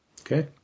Okay